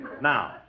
Now